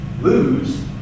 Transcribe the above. lose